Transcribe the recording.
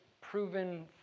proven